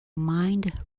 mind